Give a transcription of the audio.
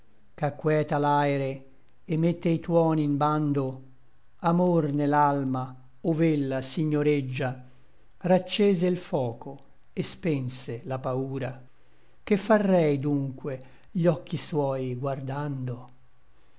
pura ch'acqueta l'aere et mette i tuoni in bando amor ne l'alma ov'ella signoreggia raccese l foco et spense la paura che farrei dunque gli occhi suoi guardando